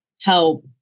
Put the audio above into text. help